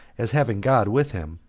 as having god with him,